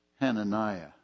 Hananiah